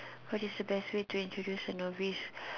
what is the best way to introduce a novice